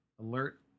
alert